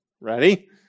Ready